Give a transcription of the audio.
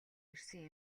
ирсэн